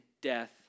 death